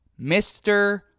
Mr